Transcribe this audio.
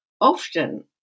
Often